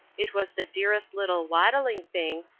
it was the dearest little waddling thing,